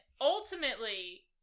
ultimately